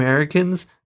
Americans